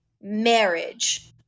marriage